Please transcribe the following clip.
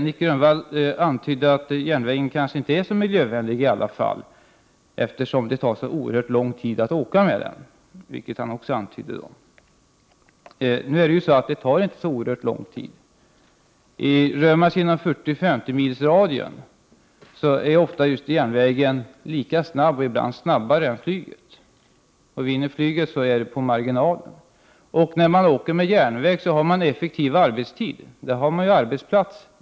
Nic Grönvall antyder att järnvägen kanske inte är så miljövänlig i alla fall, eftersom det tar så oerhört lång tid att åka med den. Det tar faktiskt inte så oerhört lång tid. Rör man sig inom en 40—50 mils radie är ofta just järnvägen lika snabb eller snabbare än flyget. Om flyget vinner är det på marginalen. När man åker med järnvägen kan man få effektiv arbetstid. Där kan man ha en arbetsplats.